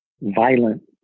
violent